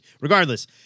Regardless